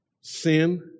sin